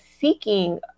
seeking